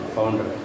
Founder